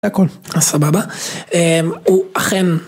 הכל סבבה הוא אכן